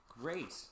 Great